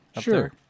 Sure